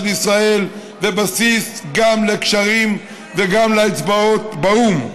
ישראל ובסיס גם לקשרים וגם לאצבעות באו"ם.